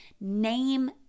name